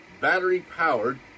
battery-powered